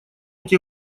эти